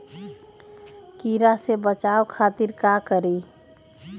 कीरा से बचाओ खातिर का करी?